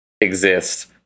exist